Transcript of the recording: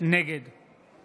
נגד